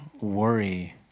worry